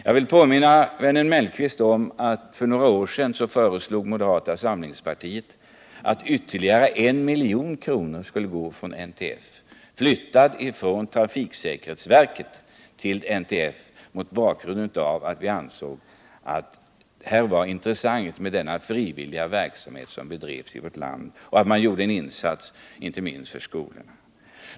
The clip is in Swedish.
Jag vill påminna vännen Mellqvist om att för några år sedan föreslog moderata samlingspartiet att I milj.kr. till skulle flyttas från trafiksäkerhetsverket till NTF mot bakgrund av att vi ansåg att det var intressant med denna frivilliga verksamhet som bedrevs i vårt land och att man gjorde en insats inte minst i skolorna.